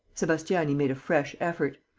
sebastiani made a fresh effort.